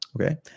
Okay